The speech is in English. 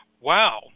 wow